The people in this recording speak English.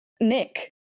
Nick